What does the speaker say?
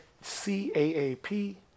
C-A-A-P